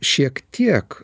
šiek tiek